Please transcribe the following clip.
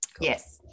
Yes